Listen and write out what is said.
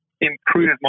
improve